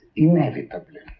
inevitably.